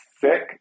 sick